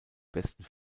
besten